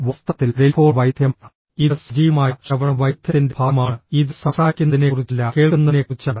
വാസ്തവത്തിൽ ടെലിഫോൺ വൈദഗ്ദ്ധ്യം ഇത് സജീവമായ ശ്രവണ വൈദഗ്ധ്യത്തിന്റെ ഭാഗമാണ് ഇത് സംസാരിക്കുന്നതിനെക്കുറിച്ചല്ല കേൾക്കുന്നതിനെക്കുറിച്ചാണ്